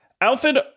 Alfred